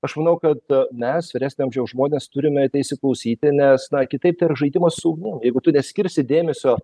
aš manau kad mes vyresnio amžiaus žmonės turime į tai įsiklausyti nes kitaip tai yra žaidimas su ugnim jeigu tu neskirsi dėmesio